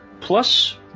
plus